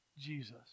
Jesus